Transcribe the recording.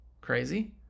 crazy